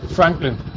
Franklin